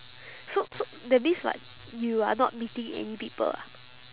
so so that means like you are not meeting any people ah